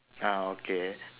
ah okay